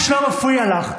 ואיש לא מפריע לך.